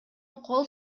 кол